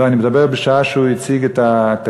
לא, אני מדבר, בשעה שהוא הציג את התקציב,